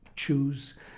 choose